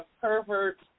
pervert